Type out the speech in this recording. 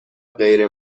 غیر